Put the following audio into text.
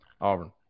Auburn